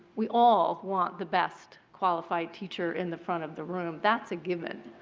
we all want the best qualified teacher in the front of the room. that's a given.